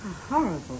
Horrible